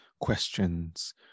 questions